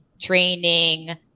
training